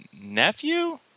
nephew